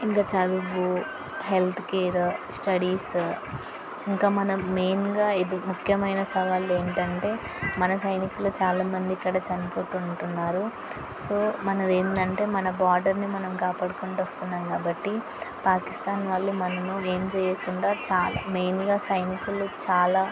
ఇంకా చదువు health care studies ఇంకా మనం మెయిన్గా ముఖ్యమైన సవాళ్ళు ఏంటంటే మన సైనికులు చాలా మంది ఇక్కడ చనిపోతూ ఉంటున్నారు సో మనది ఏంటంటే మన బార్డర్ని మనం కాపాడుకుంటూ వస్తున్నాము కాబట్టి పాకిస్తాన్ వాళ్ళు మనని ఏం చేయకుండా చాలా మెయిన్గా సైనికులు చాలా